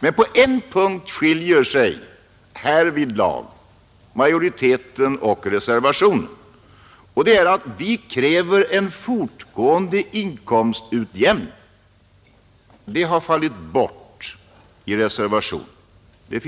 men på en punkt skiljer sig härvidlag majoriteten och reservanterna. Vi kräver nämligen en fortgående inkomstutjämning, men det finns inte med i reservationen.